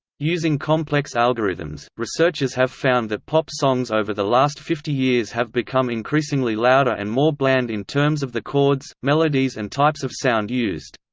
using complex algorithms, researchers have found that pop songs over the last fifty years have become increasingly louder and more bland in terms of the chords, melodies and types of sound used.